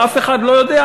ואף אחד לא יודע,